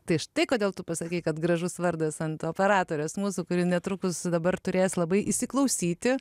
tai štai kodėl tu pasakei kad gražus vardas ant operatorės mūsų kuri netrukus dabar turės labai įsiklausyti